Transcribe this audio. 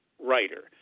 writer